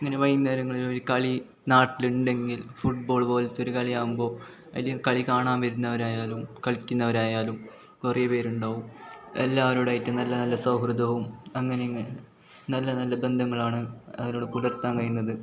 അങ്ങനെ വൈകുന്നേരങ്ങളിൽ ഒരു കളി നാട്ടിലുണ്ടെങ്കിൽ ഫുട്ബോൾ പോലത്തൊരു കളി ആവുമ്പോൾ അതിൽ കളി കാണാൻ വരുന്നവരായാലും കളിക്കുന്നവരായാലും കുറേ പേരുണ്ടാവും എല്ലാവരോടായിട്ടും നല്ല നല്ല സൗഹൃദവും അങ്ങനെ ഇ ങ്ങനെ നല്ല നല്ല ബന്ധങ്ങളാണ് അവരോട് പുലർത്താൻ കഴിയുന്നത്